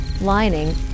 lining